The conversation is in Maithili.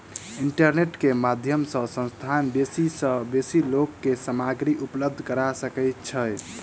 इंटरनेट के माध्यम सॅ संस्थान बेसी सॅ बेसी लोक के सामग्री उपलब्ध करा सकै छै